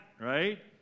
right